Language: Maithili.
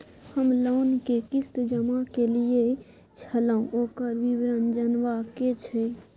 हम लोन के किस्त जमा कैलियै छलौं, ओकर विवरण जनबा के छै?